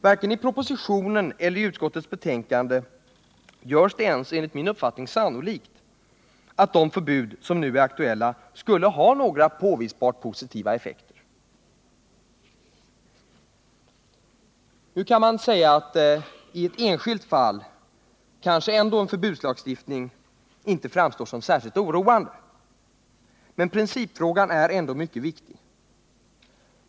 Varken i propositionen eller i utskottets betänkande görs det ens sannolikt att de förbud som nu är aktuella skulle ha några påvisbart positiva effekter. I ett enskilt fall kanske en förbudslagstiftning ändå inte framstår som särskilt oroande. Men principfrågan är trots allt mycket viktig.